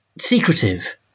secretive